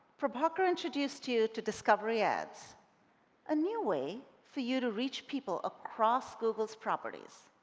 prabhakar introduced you to discovery ads a new way for you to reach people across google's properties.